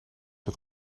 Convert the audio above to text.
het